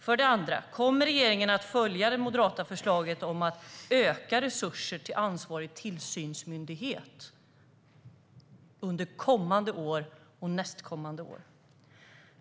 För det andra: Kommer regeringen att följa det moderata förslaget om att öka resurserna till ansvarig tillsynsmyndighet under kommande och nästkommande år?